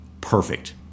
perfect